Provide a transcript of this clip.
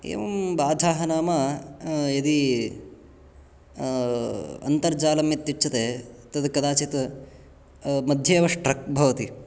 एवं बाधाः नाम यदि अन्तर्जालं यदुच्यते तद् कदाचित् मध्ये एव स्ट्रक् भवति